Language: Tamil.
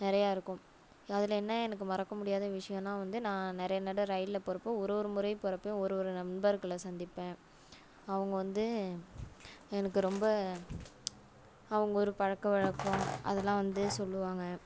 நிறைய இருக்கும் அதில் என்ன எனக்கு மறக்க முடியாத விஷயோனா வந்து நான் நிறைய நட ரயிலில் போகிறப்ப ஒரு ஒரு முறையும் போகிறப்ப ஒரு ஒரு நண்பர்களை சந்திப்பேன் அவங்க வந்து எனக்கு ரொம்ப அவங்க ஊரு பழக்கவழக்கம் அதெலாம் வந்து சொல்லுவாங்க